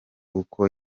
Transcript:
uko